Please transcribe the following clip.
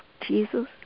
Jesus